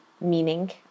meaning